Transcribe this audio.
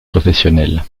professionnel